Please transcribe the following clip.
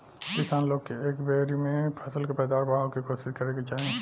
किसान लोग के एह बेरी फसल के पैदावार बढ़ावे के कोशिस करे के चाही